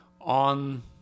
on